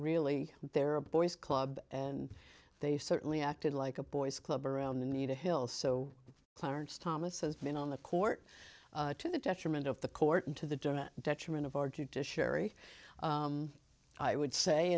really they're a boys club and they certainly acted like a boys club around the need a hill so clarence thomas has been on the court to the detriment of the court and to the detriment of our judiciary i would say